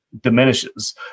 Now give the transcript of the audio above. diminishes